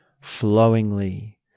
flowingly